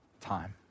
time